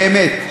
באמת,